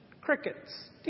crickets